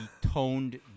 toned